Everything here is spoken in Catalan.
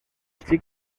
xic